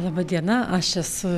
laba diena aš esu